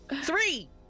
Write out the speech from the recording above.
three